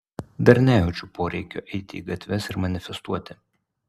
dar nejaučiu poreikio eiti į gatves ir manifestuoti